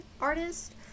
artist